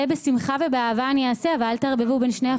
אני אעשה את זה בשמחה ובאהבה אבל אל תערבבו שני החוקים.